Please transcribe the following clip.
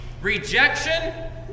Rejection